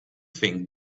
think